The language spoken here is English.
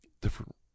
different